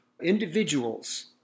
individuals